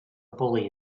bully